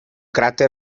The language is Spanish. cráter